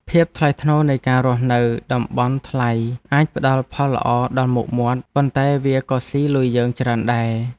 ភាពថ្លៃថ្នូរនៃការរស់នៅតំបន់ថ្លៃអាចផ្តល់ផលល្អដល់មុខមាត់ ប៉ុន្តែវាក៏ស៊ីលុយយើងច្រើនដែរ។